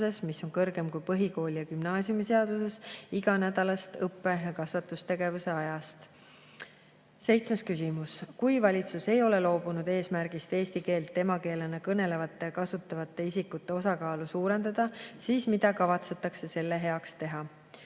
mis on kõrgem kui põhikooli‑ ja gümnaasiumiseaduses, [peab kasutama eesti keelt]. Seitsmes küsimus: "Kui valitsus ei ole loobunud eesmärgist eesti keelt emakeelena kõnelevate ja kasutavate isikute osakaalu suurendada, siis mida kavatsetakse selle heaks teha?"